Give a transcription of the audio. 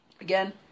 Again